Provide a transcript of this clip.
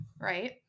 Right